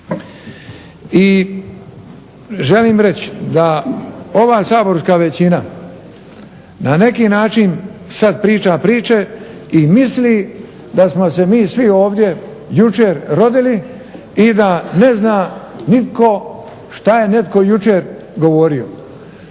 I želim reći da ova saborska većina na neki način sad priča priče i misli da smo se mi svi ovdje jučer rodili i da ne zna nitko šta je netko jučer govorio.